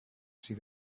see